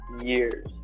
years